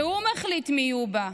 שהוא מחליט מי יהיו בה,